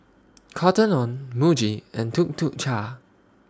Cotton on Muji and Tuk Tuk Cha